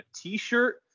t-shirt